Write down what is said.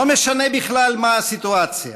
לא משנה בכלל מה הסיטואציה,